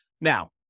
Now